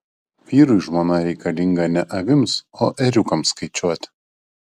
vyrui žmona reikalinga ne avims o ėriukams skaičiuoti